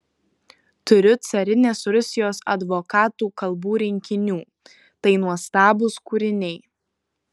turiu carinės rusijos advokatų kalbų rinkinių tai nuostabūs kūriniai